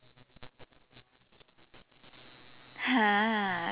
!huh!